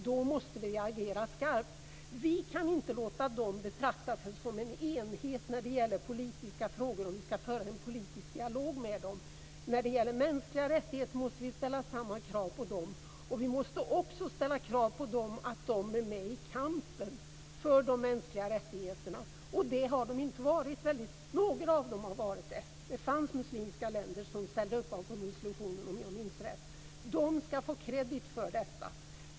Då måste vi reagera skarpt. Vi kan inte låta dem betrakta sig som en enhet när det gäller politiska frågor om vi ska föra en politisk dialog med dem. När det gäller mänskliga rättigheter måste vi ställa samma krav på dem, och vi måste också ställa krav på dem att de är med i kampen för de mänskliga rättigheterna. Det har de inte varit - ja, några av dem har varit det. Det fanns muslimska länder som ställde sig bakom resolutionen, om jag minns rätt. De ska få kredit för detta.